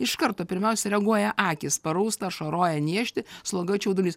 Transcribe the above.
iš karto pirmiausia reaguoja akys parausta ašaroja niežti sloga čiaudulys